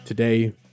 Today